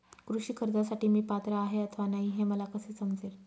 कृषी कर्जासाठी मी पात्र आहे अथवा नाही, हे मला कसे समजेल?